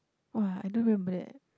!wah! I don't remember that